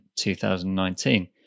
2019